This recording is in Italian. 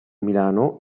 milano